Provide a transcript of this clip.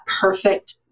perfect